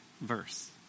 verse